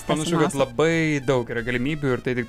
panašu kad labai daug yra galimybių ir tai tik